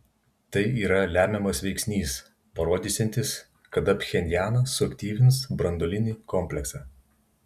tai yra lemiamas veiksnys parodysiantis kada pchenjanas suaktyvins branduolinį kompleksą